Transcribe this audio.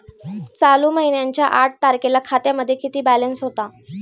चालू महिन्याच्या आठ तारखेला खात्यामध्ये किती बॅलन्स होता?